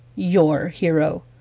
your hero,